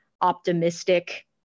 optimistic